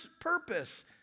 purpose